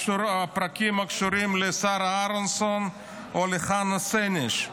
הפרקים הקשורים לשרה אהרנסון או לחנה סנש.